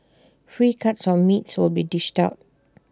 free cuts of meat will be dished out